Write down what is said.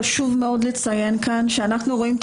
חשוב מאוד לציין כאן שאנחנו רואים את